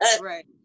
Right